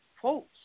quotes